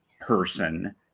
person